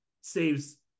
saves